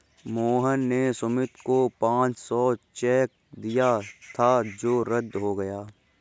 मोहन ने सुमित को पाँच सौ का चेक दिया था जो रद्द हो गया